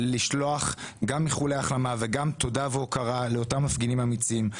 לשלוח גם איחולי החלמה וגם תודה והוקרה לאותם מפגינים אמיצים,